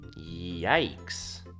Yikes